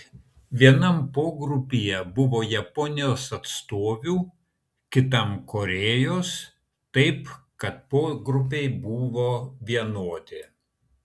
vienam pogrupyje buvo japonijos atstovių kitam korėjos taip kad pogrupiai buvo vienodi